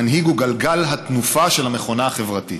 מנהיג הוא גלגל התנופה של המכונה החברתית.